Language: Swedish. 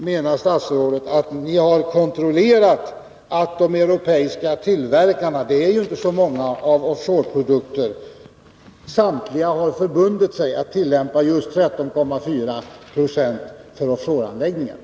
Menar statsrådet att ni har kontrollerat att samtliga europeiska tillverkare av offshoreprodukter — det är inte så många — har förbundit sig att tillämpa högst 13,4 9o ränta för offshore-anläggningar?